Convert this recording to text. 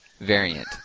variant